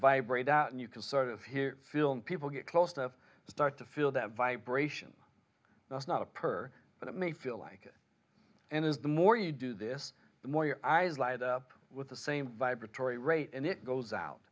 vibrate out and you can sort of hear film people get close to start to feel that vibration that's not a perk but it may feel like it is the more you do this the more your eyes light up with the same vibratory rate and it goes out